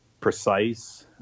precise